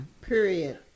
Period